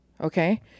Okay